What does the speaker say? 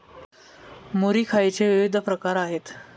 मुरी खायचे विविध प्रकार आहेत